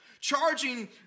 charging